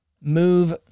move